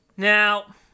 Now